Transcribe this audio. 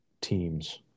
teams